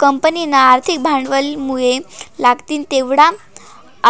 कंपनीना आर्थिक भांडवलमुये लागतीन तेवढा